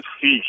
fish